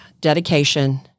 Dedication